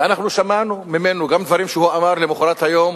ואנחנו שמענו ממנו דברים שהוא גם אמר למחרת היום